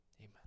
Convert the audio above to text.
amen